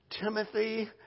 Timothy